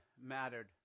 mattered